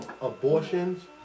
abortions